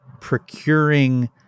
procuring